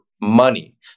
money